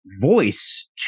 voice